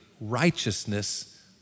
righteousness